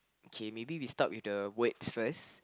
okay maybe we start with the words first